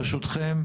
ברשותכם,